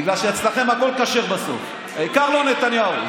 בגלל שאצלכם הכול כשר בסוף, העיקר לא נתניהו.